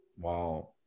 wow